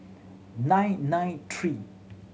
nine nine three